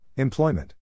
Employment